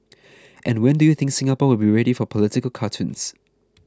and when do you think Singapore will be ready for political cartoons